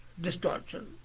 distortion